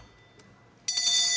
hvad er det